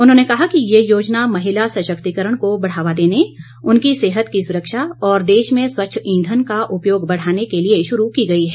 उन्होंने कहा कि ये योजना महिला सशक्तिकरण को बढ़ावा देने उनकी सेहत की सुरक्षा और देश में स्वच्छ ईंधन का उपयोग बढ़ाने के लिए शुरू की गई है